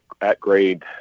at-grade